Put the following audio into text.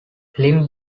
linn